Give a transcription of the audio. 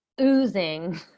oozing